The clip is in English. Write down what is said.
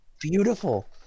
beautiful